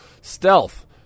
Stealth